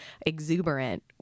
exuberant